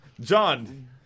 John